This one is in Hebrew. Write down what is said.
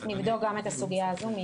אני אבדוק גם את הסוגיה הזאת.